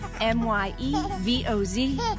M-Y-E-V-O-Z